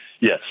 Yes